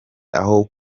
aho